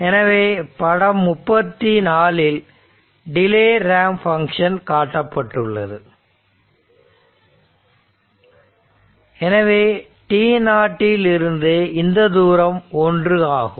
எனவே படம் 34 இல் டிலே ரேம்ப் பங்க்ஷன் காட்டப்பட்டுள்ளது எனவே t0 இல் இருந்து இந்த தூரம் 1 ஆகும்